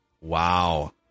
Wow